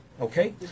Okay